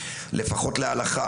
לפחות להלכה.